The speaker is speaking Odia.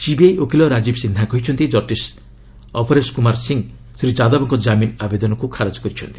ସିବିଆଇ ଓକିଲ ରାଜୀବ ସିହ୍ନା କହିଛନ୍ତି ଜଷ୍ଟିସ୍ ଅପରେଶ କୁମାର ସିଂହ ଶ୍ରୀ ଯାଦବଙ୍କ ଜାମିନ୍ ଆବେଦନକୁ ଖାରଜ କରିଛନ୍ତି